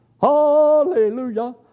Hallelujah